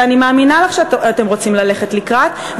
ואני מאמינה לך שאתם רוצים ללכת לקראת,